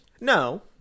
No